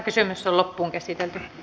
kysymyksen käsittely päättyi